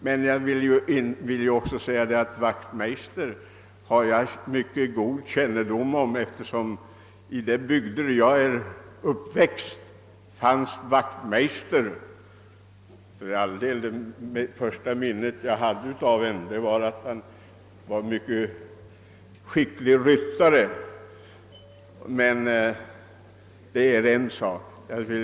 Jag har mycket god kännedom om släkten Wachtmeister eftersom det finns personer tillhörande den släkten i den bygd jag växte upp i. Första minnet av släkten Wachtmeister gällde en mycket skicklig ryttare, men det är ju en sak för sig.